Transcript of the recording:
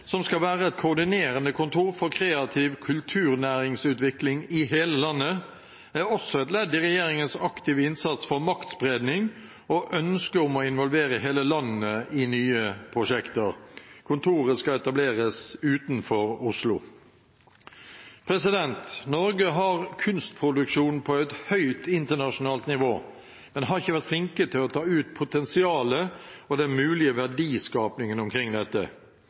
som skal være et koordinerende kontor for kreativ kulturnæringsutvikling i hele landet, er også et ledd i regjeringens aktive innsats for maktspredning og ønsket om å involvere hele landet i nye prosjekter. Kontoret skal etableres utenfor Oslo. Norge har kunstproduksjon på et høyt internasjonalt nivå, men har ikke vært flinke til å ta ut potensialet og den mulige verdiskapingen omkring dette.